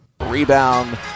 Rebound